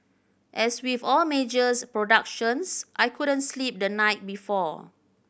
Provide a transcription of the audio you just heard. as with all majors productions I couldn't sleep the night before